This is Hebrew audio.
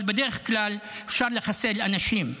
אבל בדרך כלל אפשר לחסל אנשים,